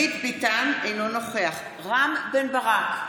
ביטן, אינו נוכח רם בן ברק,